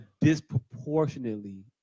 disproportionately